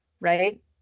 Right